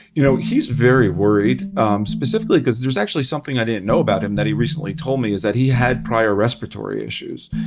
you know, he's very worried specifically cause there's actually something i didn't know about him that he recently told me, is that he had prior respiratory issues.